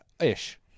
ish